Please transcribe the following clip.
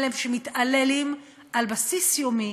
שמטפל בגברים האלה שמתעללים על בסיס יומי